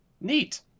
Neat